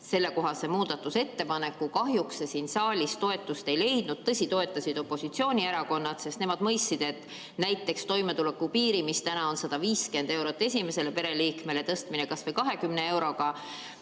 selle kohta ka muudatusettepaneku, kahjuks see siin saalis toetust ei leidnud. Tõsi, toetasid opositsioonierakonnad, sest nemad mõistsid, et näiteks toimetulekupiiri, mis praegu on 150 eurot esimese pereliikme puhul, tõstmine kas või 20 euro